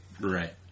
Right